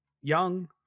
young